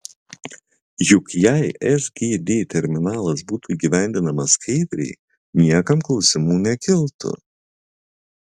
juk jei sgd terminalas būtų įgyvendinamas skaidriai niekam klausimų nekiltų